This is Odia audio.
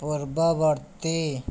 ପୂର୍ବବର୍ତ୍ତୀ